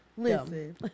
Listen